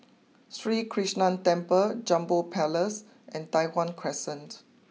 Sri Krishnan Temple Jambol Palace and Tai Hwan Crescent